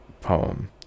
poem